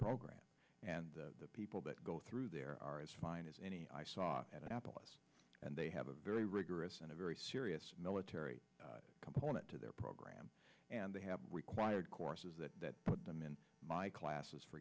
program and the people that go through there are as fine as any i saw at apple and they have a very rigorous and a very serious military component to their program and they have required courses that put them in my classes for